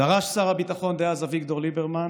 דרש שר הביטחון דאז אביגדור ליברמן